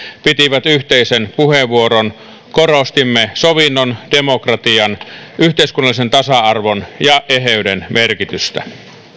pitivät yhteisen puheenvuoron korostimme sovinnon demokratian yhteiskunnallisen tasa arvon ja eheyden merkitystä